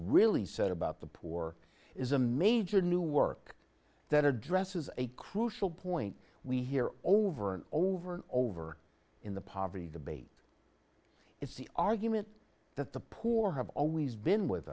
really said about the poor is a major new work that addresses a crucial point we hear over and over and over in the poverty debate it's the argument that the poor have always been with